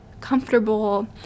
comfortable